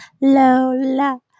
Lola